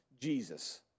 Jesus